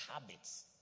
habits